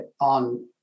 on